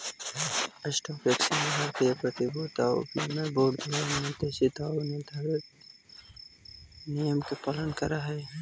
stock exchange भारतीय प्रतिभूति आउ विनिमय बोर्ड द्वारा निर्देशित आऊ निर्धारित नियम के पालन करऽ हइ